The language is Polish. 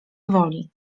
woli